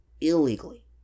illegally